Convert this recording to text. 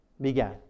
began